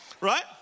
right